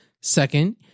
Second